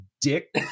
dick